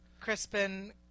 Crispin